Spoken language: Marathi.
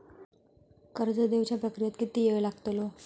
कर्ज देवच्या प्रक्रियेत किती येळ लागतलो?